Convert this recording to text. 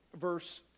verse